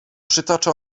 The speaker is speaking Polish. przytacza